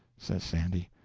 says sandy,